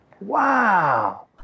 Wow